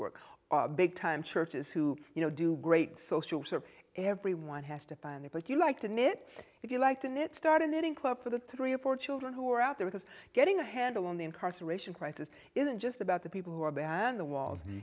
work big time churches who you know do great social service everyone has defined it but you like to knit if you like to knit started knitting club for the three or four children who are out there because getting a handle on the incarceration crisis isn't just about the people who are beyond the walls